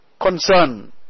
concern